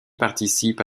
participe